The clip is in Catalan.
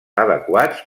adequats